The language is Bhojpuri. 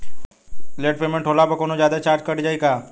लेट पेमेंट होला पर कौनोजादे चार्ज कट जायी का?